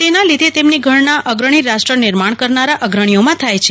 તેના લીધે તેમને ગણના અગ્રણી રાષ્ટ્ર નિર્માણ કરનાર અગ્રણીઓમાં થાય છે